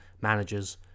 managers